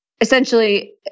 essentially